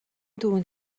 түрүүнд